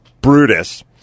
Brutus